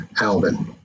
Albin